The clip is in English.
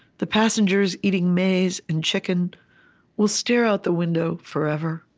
the passengers eating maize and chicken will stare out the window forever.